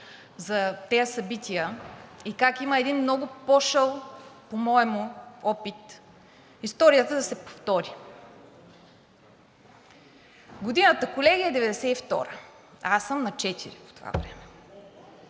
за тези събития, и как има един много пошъл по моему опит историята да се повтори. Годината, колеги, е 1992, а аз съм на четири по това време.